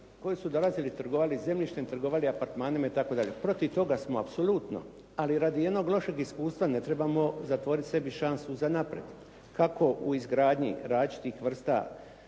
koji su dolazili trgovati zemljištem, trgovali apartmanima itd. protiv toga smo apsolutno. Ali radi jednog lošeg iskustva ne trebamo zatvoriti sebi šansu za naprijed, kako u izgradnji različitih vrsta